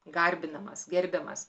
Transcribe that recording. garbinamas gerbiamas